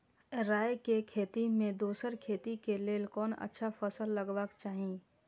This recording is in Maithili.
राय के खेती मे दोसर खेती के लेल कोन अच्छा फसल लगवाक चाहिँ?